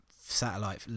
satellite